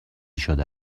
شده